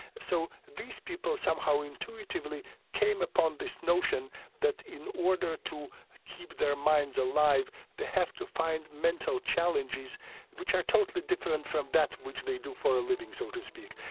so these people somehow intuitively came upon this notion that in order to keep their minds alive they have to find mental challenges which are totally different from that which they do for a living, so to speak,